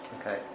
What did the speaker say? Okay